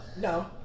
No